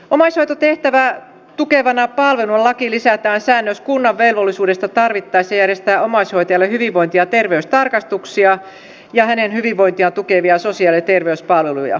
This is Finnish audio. omaishoitotehtävää tukevana palveluna lakiin lisätään säännös kunnan velvollisuudesta tarvittaessa järjestää omaishoitajalle hyvinvointi ja terveystarkastuksia ja hänen hyvinvointiaan tukevia sosiaali ja terveyspalveluja